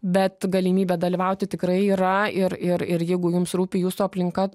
bet galimybė dalyvauti tikrai yra ir ir ir jeigu jums rūpi jūsų aplinka